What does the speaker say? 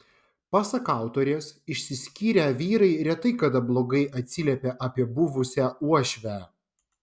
pasak autorės išsiskyrę vyrai retai kada blogai atsiliepia apie buvusią uošvę